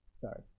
Sorry